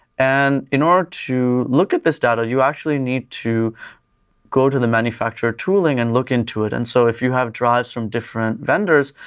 and in order to look at this data, you actually need to go to the manufacturer tooling and look into it. and so if you have drives from different vendors,